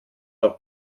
auch